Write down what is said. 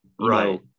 Right